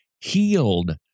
healed